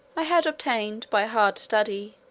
i had obtained, by hard study,